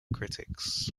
critics